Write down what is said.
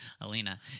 Alina